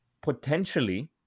potentially